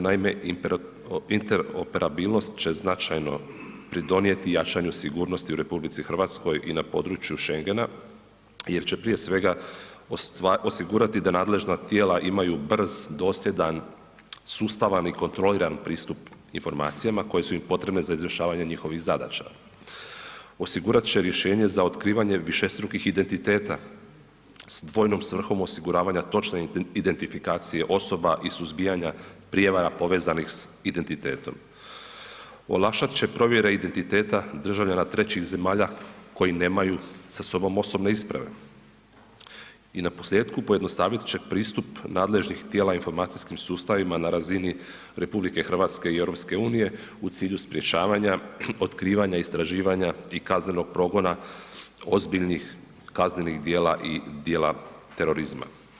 Naime, interoperabilnost će značajno pridonijeti jačanju sigurnosti u RH i na području Schengena jer će prije svega osigurati da nadležna tijela imaju brz, dosljedan, sustavan i kontroliran pristup informacijama koje su im potrebne za izvršavanje njihovih zadaća, osigurat će rješenje za otkrivanje višestrukih identiteta s dvojom svrhom osiguravanja točne identifikacije osoba i suzbijanja prijevara povezanih s identitetom, olakšat će provjere identiteta državljana trećih zemalja koji nemaju sa sobom osobne isprave i naposljetku pojednostavit će pristup nadležnih tijela informacijskim sustavima na razini RH i EU u cilju sprečavanja, otkrivanja, istraživanja i kaznenog progona ozbiljnih kaznenih djela i djela terorizma.